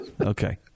Okay